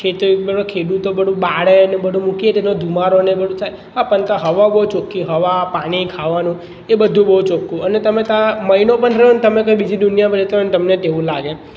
ખેતી ઉપર ખેડૂતો બધું બાળે ને બધુ મૂકીએ તે બધુ ધુમાડો એવું બધું થાય હા પણ ત્યાં હવા બહુ ચોખ્ખી હવા પાણી ખાવાનું એ બધું બહુ ચોખ્ખું અને તમે ત્યાં મહિનો પણ રયોને તમે કોઈ બીજી દુનિયામાં રહેતા હોયને તમને તેવું લાગે